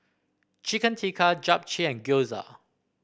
Chicken Tikka Japchae and Gyoza